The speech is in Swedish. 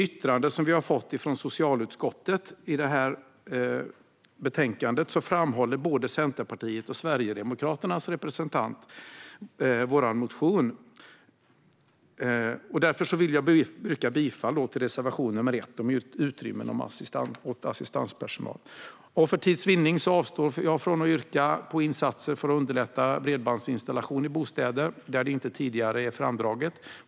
I socialutskottets yttrande i betänkandet framhåller både Centerpartiets och Sverigedemokraternas representant Centerpartiets motion. Därför vill jag yrka bifall till reservation nr 1 om utrymmen åt assistanspersonal. För tids vinnande avstår jag från att yrka bifall till vår reservation om insatser för att underlätta bredbandsinstallation i bostäder där det inte tidigare är framdraget.